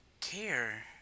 care